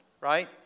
right